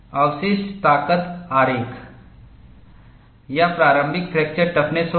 अवशिष्ट ताकत आरेख यह प्रारंभिक फ्रैक्चर टफनेस होगी